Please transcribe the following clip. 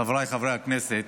חבריי חברי הכנסת,